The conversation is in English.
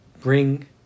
bring